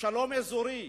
שלום אזורי,